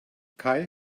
kai